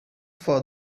for